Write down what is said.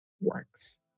works